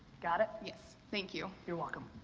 got it? yes, thank you. you're welcome.